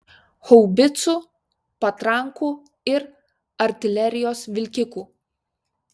haubicų patrankų ir artilerijos vilkikų